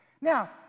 Now